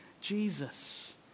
Jesus